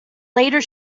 later